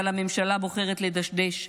אבל הממשלה בוחרת לדשדש,